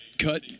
cut